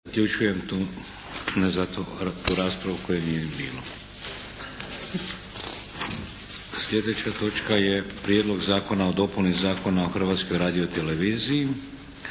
Slijedeća točka je - Prijedlog zakona o dopuni Zakona o Hrvatskoj radioteleviziji